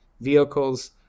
vehicles